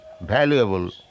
valuable